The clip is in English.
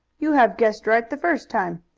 you have guessed right the first time.